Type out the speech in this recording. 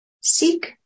Seek